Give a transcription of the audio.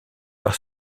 par